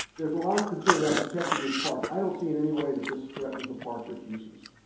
there's a lot of concern about protecting this park. i don't see in any way that this threatens the park or its uses.